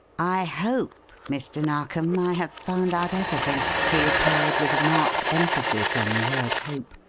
i hope, mr. narkom, i have found out everything, he replied with a marked emphasis on the word hope.